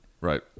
Right